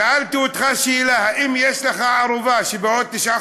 שאלתי אותך שאלה: האם יש לך ערובה לכך שבעוד תשעה